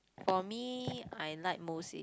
for me I like most is